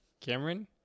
Cameron